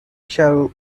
shadow